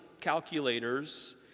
calculators